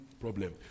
problem